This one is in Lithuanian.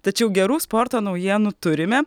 tačiau gerų sporto naujienų turime